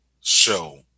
show